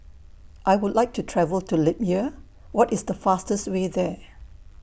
I Would like to travel to Libya What IS The fastest Way There